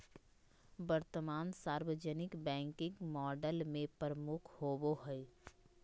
वर्तमान सार्वजनिक banking model में प्रमुख होबो हइ